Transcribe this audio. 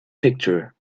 picture